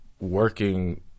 working